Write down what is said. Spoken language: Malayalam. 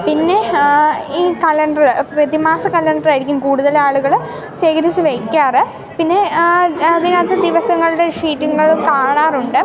പിന്നെ ഈ കലണ്ടർ പ്രതിമാസ കലണ്ടറായിരിക്കും കൂടുതൽ ആളുകൾ ശേഖരിച്ച് വെക്കാറ് പിന്നെ അതിനകത്ത് ദിവസങ്ങളുടെ ഷീറ്റുകളും കാണാറുണ്ട്